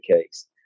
case